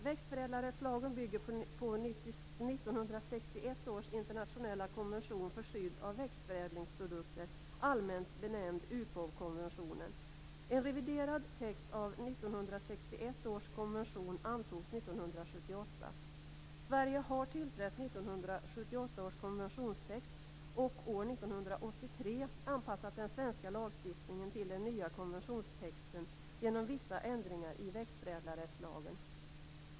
Växtförädlarrättslagen bygger på 1961 års internationella konvention för skydd av växtförädlingsprodukter, allmänt benämnd UPOV-konventionen. 1978. Sverige har tillträtt 1978 års konventionstext och år 1983 anpassat den svenska lagstiftningen till den nya konventionstexten genom vissa ändringar i växtförädlarrättslagen.